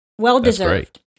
Well-deserved